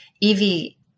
Evie